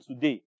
today